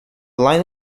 line